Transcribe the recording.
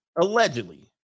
Allegedly